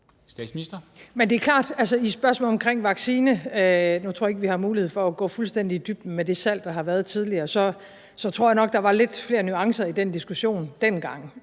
(Mette Frederiksen): Det er klart, at i spørgsmålet omkring vaccine – nu tror jeg ikke, vi har mulighed for at gå fuldstændig i dybden med det salg, der har været tidligere – tror jeg nok der var lidt flere nuancer i den diskussion dengang